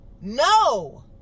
No